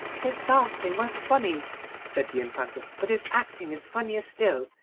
his dancing was funny said the infanta but his acting is funnier still.